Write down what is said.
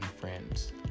friends